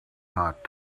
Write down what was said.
hot